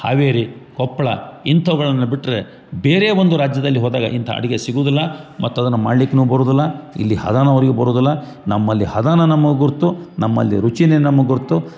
ಹಾವೇರಿ ಕೊಪ್ಪಳ ಇಂಥವ್ಗಳನೆಲ್ಲ ಬಿಟ್ಟರೆ ಬೇರೆ ಒಂದು ರಾಜ್ಯದಲ್ಲಿ ಹೋದಾಗ ಇಂಥ ಅಡಿಗೆ ಸಿಗುದಿಲ್ಲ ಮತ್ತು ಅದನ್ನು ಮಾಡ್ಲಿಕ್ಕೂ ಬರುದಿಲ್ಲ ಇಲ್ಲಿ ಹದನು ಅವರಿಗೂ ಬರುದಿಲ್ಲ ನಮ್ಮಲ್ಲಿ ಹದನ ನಮ್ಮ ಗುರುತು ನಮ್ಮಲ್ಲಿ ರುಚಿಯೇ ನಮ್ಮ ಗುರುತು